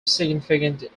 significant